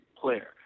player